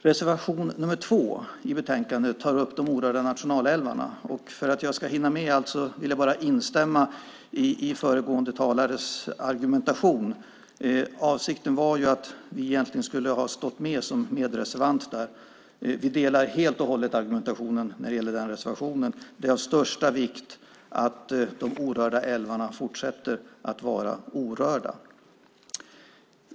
Reservation 2 i betänkandet tar upp de orörda nationalälvarna, och för att jag ska hinna med allt vill jag bara instämma i föregående talares argumentation. Egentligen skulle vi ha stått med som medreservanter. Vi delar helt och hållet argumentationen när det gäller den reservationen. Det är av största vikt att de orörda älvarna fortsätter att vara orörda!